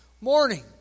Morning